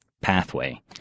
pathway